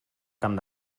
camp